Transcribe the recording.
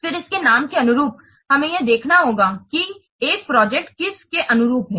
फिर इसके नाम के अनुरूप हमें यह देखना होगा कि एक प्रोजेक्ट किस के अनुरूप है